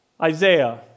Isaiah